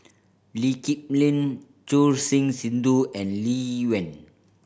Lee Kip Lin Choor Singh Sidhu and Lee Wen